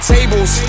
Tables